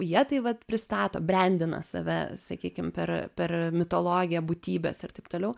jie tai vat pristato brendina save sakykim per per mitologiją būtybes ir taip toliau